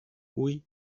oui